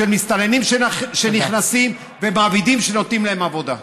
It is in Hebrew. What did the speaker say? של מסתננים שנכנסים ושל מעבידים שנותנים להם עבודה.